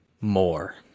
more